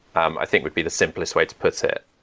um i think would be the simplest way to put so it.